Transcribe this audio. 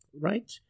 right